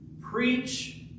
preach